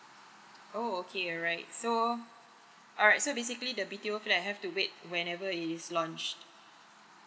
oh okay alright so alright so basically the B_T_O flat I have to wait whenever is launch